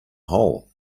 hole